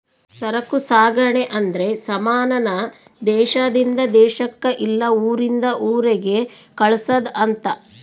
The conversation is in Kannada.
ಸರಕು ಸಾಗಣೆ ಅಂದ್ರೆ ಸಮಾನ ನ ದೇಶಾದಿಂದ ದೇಶಕ್ ಇಲ್ಲ ಊರಿಂದ ಊರಿಗೆ ಕಳ್ಸದ್ ಅಂತ